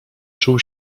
czuł